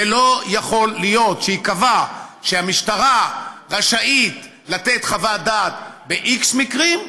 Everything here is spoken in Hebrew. ולא יכול להיות שייקבע שהמשטרה רשאית לתת חוות דעת ב-x מקרים,